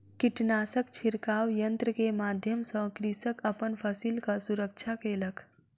कीटनाशक छिड़काव यन्त्र के माध्यम सॅ कृषक अपन फसिलक सुरक्षा केलक